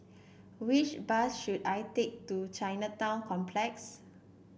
which bus should I take to Chinatown Complex